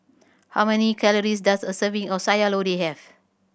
how many calories does a serving of Sayur Lodeh have